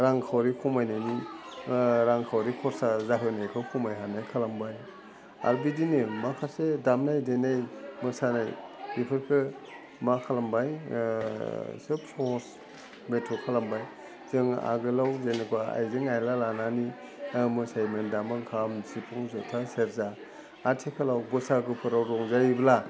रांखावरि खमायनायनि रां खावरि खरसा जाहोनायखौ खमाय हानाय खालामबाय आरो बिदिनो माखासे दामनाय देनाय मोसानाय बेफोरखौ मा खालामबाय सोब सहस बेथ' खालामबाय जों आगोलाव जेनेकुवा आयजें आयला लानानै मोसायोमोन दामो खाम सिफुं ज'था सेरजा आथिखालाव बोसागुफोराव रंजायोब्ला